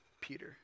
Peter